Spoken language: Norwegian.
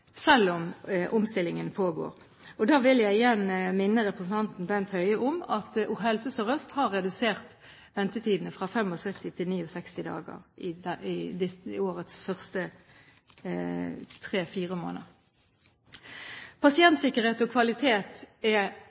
selv om omstillingen pågår. Da vil jeg igjen minne representanten Bent Høie om at Helse Sør-Øst har redusert ventetiden fra 75 til 69 dager i årets første tre–fire måneder. Pasientsikkerhet og kvalitet er